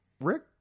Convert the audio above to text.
rick